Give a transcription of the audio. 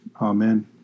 Amen